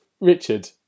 Richard